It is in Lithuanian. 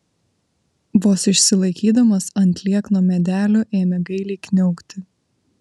vos išsilaikydamas ant liekno medelio ėmė gailiai kniaukti